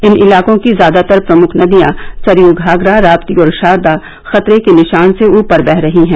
इन इलाकों की ज्यादातर प्रमुख नदियां सरयू घाघरा राप्ती और शारदा खतरे के निशान से ऊपर बह रही हैं